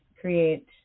create